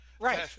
Right